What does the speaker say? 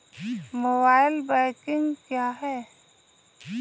Mobile banking क्या है?